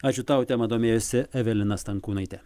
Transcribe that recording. ačiū tau tema domėjosi evelina stankūnaitė